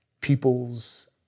people's